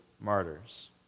martyrs